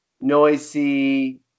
noisy